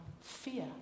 fear